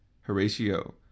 Horatio